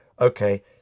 okay